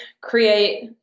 create